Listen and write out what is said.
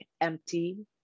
empty